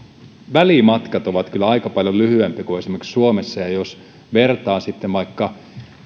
välimatkat ovat kyllä aika paljon lyhyempiä kuin esimerkiksi suomessa ja jos vertaa vaikka